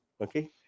okay